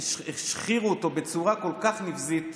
השחירו אותו בצורה כל כך נבזית,